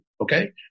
okay